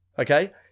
okay